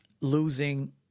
losing